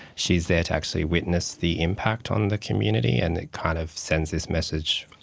she is there to actually witness the impact on the community and it kind of sends this message,